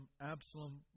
Absalom